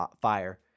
fire